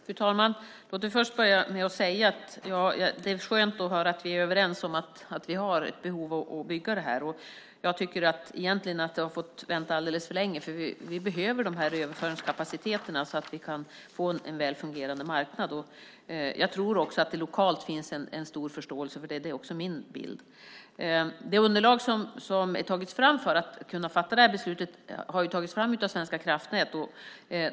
Fru talman! Låt mig börja med att säga att det är skönt att höra att vi är överens om att vi har ett behov av att bygga det här. Jag tycker egentligen att det har fått vänta alldeles för länge, för vi behöver den här överföringskapaciteten så att vi kan få en väl fungerande marknad. Jag tror också att det lokalt finns en stor förståelse. Det är min bild. Det underlag som har tagits fram för att vi ska kunna fatta det här beslutet har ju tagits fram av Svenska kraftnät.